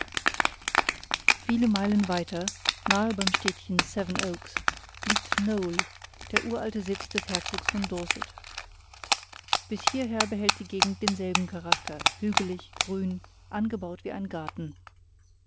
wenige meilen weiter nahe beim städtchen sevenoaks liegt knole der uralte sitz des herzogs von dorset bis hierher behält die gegend denselben charakter hügelig grün angebaut wie ein garten